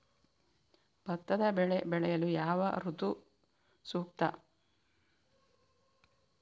ಭತ್ತದ ಬೆಳೆ ಬೆಳೆಯಲು ಯಾವ ಋತು ಸೂಕ್ತ?